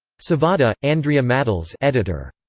savada, andrea matles editor.